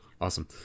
awesome